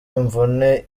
imvune